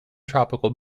tropical